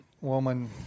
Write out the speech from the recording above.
woman